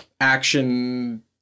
action